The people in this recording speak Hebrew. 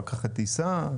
פקחי טיסה.